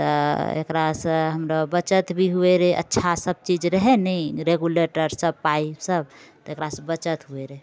तऽ एकरासँ हमरा बचत भी होइ रहै अच्छा सभ चीज रहै ने रेग्युलेटर सभ पाइप सभ तकरासँ बचत होइत रहै